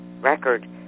record